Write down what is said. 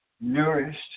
nourished